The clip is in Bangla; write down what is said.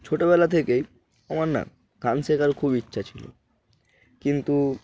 ছোটবেলা থেকেই আমার না গান শেখার খুব ইচ্ছা ছিল কিন্তু